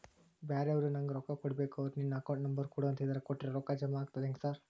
ಬ್ಯಾರೆವರು ನಂಗ್ ರೊಕ್ಕಾ ಕೊಡ್ಬೇಕು ಅವ್ರು ನಿನ್ ಅಕೌಂಟ್ ನಂಬರ್ ಕೊಡು ಅಂತಿದ್ದಾರ ಕೊಟ್ರೆ ರೊಕ್ಕ ಜಮಾ ಆಗ್ತದಾ ಹೆಂಗ್ ಸಾರ್?